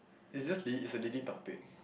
it's just la~ it's a lady topic